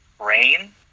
Rain